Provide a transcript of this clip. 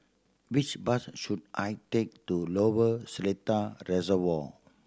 which bus should I take to Lower Seletar Reservoir